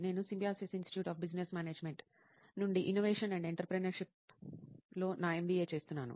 నేను Symbiosis institute of business management నుండి innovation and ఎంటర్ప్రెన్యూర్షిప్లో నా ఎంబీఏ చేస్తున్నాను